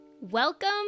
Welcome